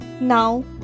Now